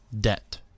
debt